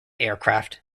aircraft